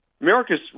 America's